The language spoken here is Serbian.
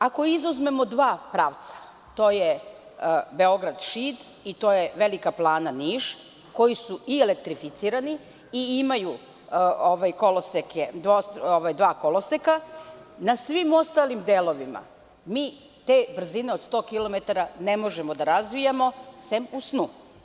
Ako izuzmemo dva pravca, to je Beograd – Šid i Velika Plana – Niš, koji su i elektrificirani i imaju dva koloseka, na svim ostalim delovima mi te brzine od 100 kilometara ne možemo da razvijamo, sem u snu.